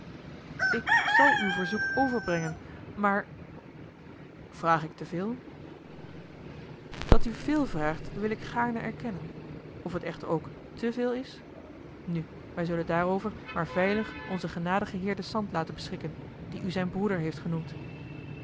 ik zal uw verzoek overbrengen maar vraag ik te veel dat u veel vraagt wil ik gaarne erkennen of het echter ook te veel is nu wij zullen daarover maar joh h been paddeltje de scheepsjongen van michiel de ruijter veilig onzen genadigen heer den sant laten beschikken die u zijn broeder heeft genoemd